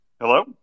Hello